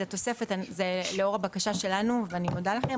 התוספת זה לאור הבקשה שלנו ואני מודה לכם,